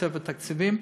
תוספת תקציבים,